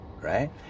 right